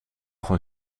van